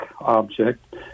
object